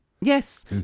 Yes